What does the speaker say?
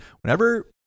Whenever